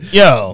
yo